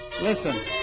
Listen